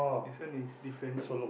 this one is different